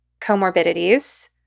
comorbidities